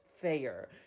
fair